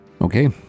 Okay